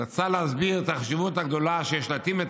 היא רצתה להסביר את החשיבות הגדולה שיש בהתאמת את